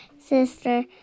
sister